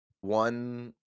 one